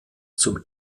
zum